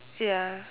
ya